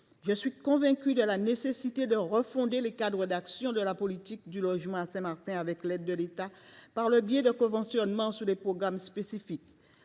j’en suis convaincue, de refonder les cadres d’action de la politique du logement à Saint Martin, avec l’aide de l’État, par le biais de conventionnements sur des programmes spécifiques.